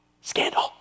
scandal